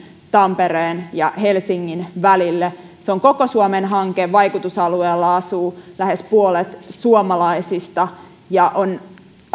tampereen ja helsingin välille se on koko suomen hanke vaikutusalueella asuu lähes puolet suomalaisista ja on